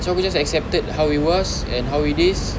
so aku just accepted how it was and how it is